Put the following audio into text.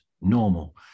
normal